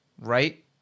right